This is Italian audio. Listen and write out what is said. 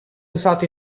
usato